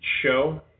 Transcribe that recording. show